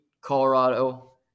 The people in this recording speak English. Colorado